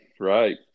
right